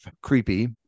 creepy